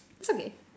it's okay